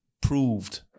proved